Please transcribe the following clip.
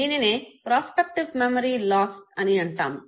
దీనిని prospective memory loss అని అంటాము